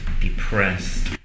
depressed